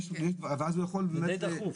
יכול להחליט.